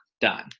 done